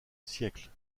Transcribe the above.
siècle